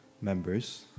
members